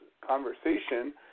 conversation